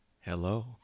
hello